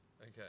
Okay